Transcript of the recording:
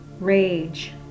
rage